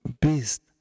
beast